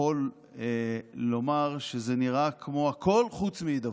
יכול לומר שזה נראה כמו הכול חוץ מהידברות.